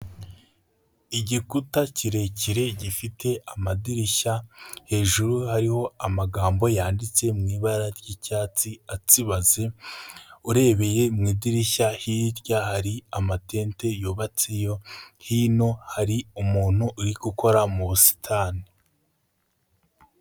Igiputa kirekire gifite amadirishya hejuru hariho amagambo yanditse mu ibara ry'icyatsi atsibaze, urebeye mu idirishya hirya hari amatente yubatse yo, hino hari umuntu uri gukora mu busitani.